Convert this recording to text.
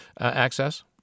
access